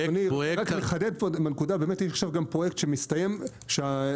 רק לחדד את הנקודה: יש פרויקט של מסילות רכבת שמסתיים בחדרה